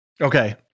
Okay